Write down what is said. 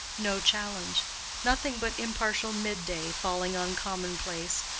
no challenge nothing but impartial midday falling on commonplace,